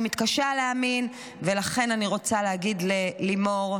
אני מתקשה להאמין, ולכן אני רוצה להגיד ללימור: